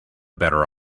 better